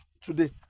today